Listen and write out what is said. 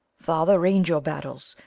father, range your battles,